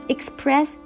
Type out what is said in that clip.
Express